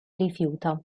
rifiuta